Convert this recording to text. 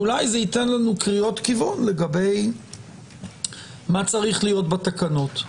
ואולי זה ייתן לנו קריאות כיוון לגבי מה צריך להיות בתקנות.